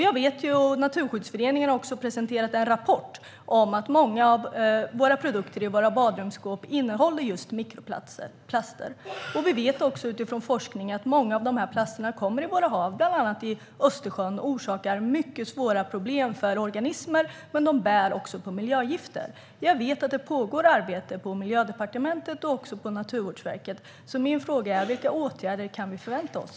Jag vet ju och Naturskyddsföreningen har också presenterat en rapport om att många produkter i våra badrumsskåp innehåller just mikroplaster. Vi vet också utifrån forskning att många av de här plasterna hamnar i våra hav, bland annat i Östersjön, och orsakar mycket svåra problem för organismer. De bär också på miljögifter. Jag vet att det pågår arbete på Miljödepartementet och också på Naturvårdsverket. Min fråga är alltså: Vilka åtgärder kan vi förvänta oss?